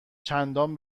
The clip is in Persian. چندان